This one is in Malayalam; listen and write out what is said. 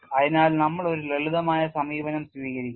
അതിനാൽ നമ്മൾ ഒരു ലളിതമായ സമീപനം സ്വീകരിക്കും